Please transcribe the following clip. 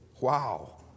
wow